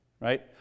right